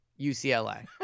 UCLA